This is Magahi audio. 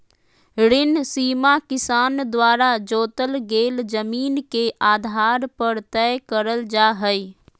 ऋण सीमा किसान द्वारा जोतल गेल जमीन के आधार पर तय करल जा हई